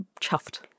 chuffed